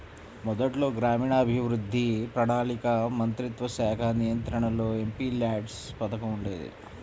మొదట్లో గ్రామీణాభివృద్ధి, ప్రణాళికా మంత్రిత్వశాఖ నియంత్రణలో ఎంపీల్యాడ్స్ పథకం ఉండేది